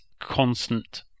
constant